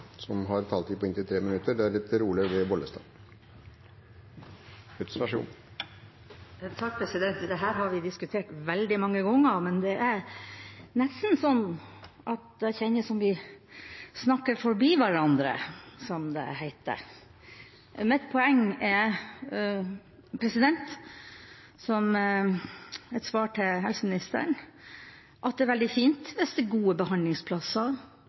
har vi diskutert veldig mange ganger, men det føles nesten som vi snakker forbi hverandre, som det heter. Mitt poeng er – som et svar til helseministeren – at det er veldig fint hvis det er gode behandlingsplasser